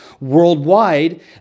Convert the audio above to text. Worldwide